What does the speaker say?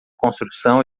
construção